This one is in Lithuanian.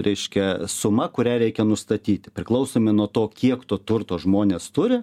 reiškia suma kurią reikia nustatyti priklausomi nuo to kiek to turto žmonės turi